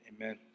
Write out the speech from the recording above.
amen